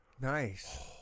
Nice